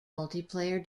multiplayer